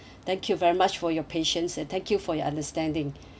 thank you very much for your patience and thank you for your understanding